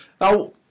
Now